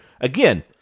Again